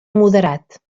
moderat